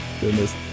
Goodness